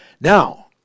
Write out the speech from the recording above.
Now